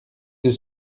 deux